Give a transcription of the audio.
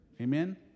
Amen